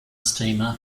steamer